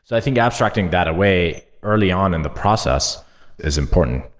i think abstracting that away early on in the process is important.